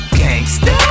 gangsta